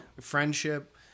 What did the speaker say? friendship